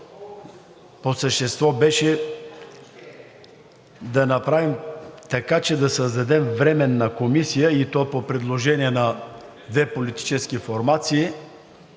по същество беше да направим така, че да създадем Временна комисия, и то по предложение на две политически формации,